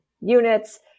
units